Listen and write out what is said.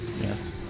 Yes